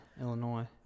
Illinois